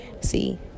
See